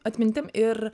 atmintim ir